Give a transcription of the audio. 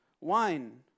wine